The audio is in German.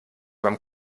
beim